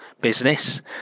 business